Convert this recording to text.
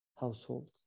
household